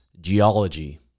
Geology